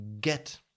get